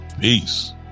Peace